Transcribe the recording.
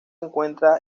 encuentra